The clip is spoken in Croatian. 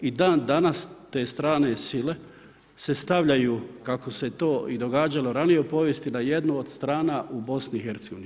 I dandanas te strane sile se stavljaju kao se to i događalo ranije u povijesti, na jednu od strana u BiH-a.